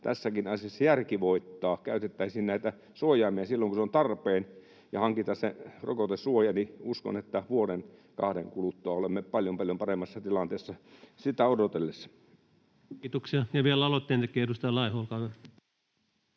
tässäkin asiassa järki voittaa. Käytetään näitä suojaimia silloin, kun se on tarpeen, ja hankitaan se rokotesuoja, niin uskon, että vuoden kahden kuluttua olemme paljon, paljon paremmassa tilanteessa. Sitä odotellessa. Kiitoksia. — Vielä aloitteen tekijä, edustaja Laiho, olkaa hyvä.